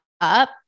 up